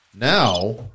now